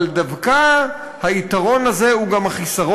אבל דווקא היתרון הזה הוא גם החיסרון,